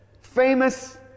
famous